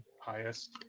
highest